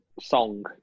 Song